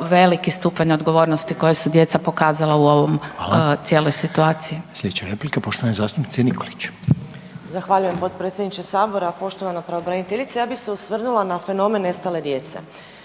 veliki stupanj odgovornosti koji su djeca pokazala u ovom …/Upadica: